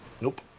Nope